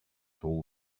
all